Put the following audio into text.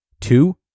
Two